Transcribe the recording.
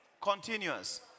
continuous